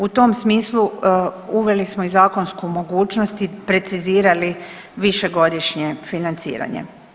U tom smislu uveli smo i zakonsku mogućnost i precizirali višegodišnje financiranje.